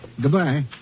Goodbye